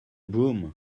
broom